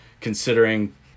considering